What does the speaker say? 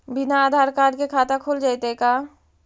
बिना आधार कार्ड के खाता खुल जइतै का?